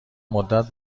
مدت